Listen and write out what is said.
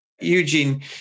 Eugene